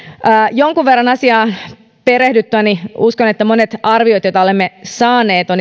jonkun verran asiaan perehdyttyäni uskon että monet arviot joita olemme saaneet on